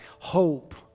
hope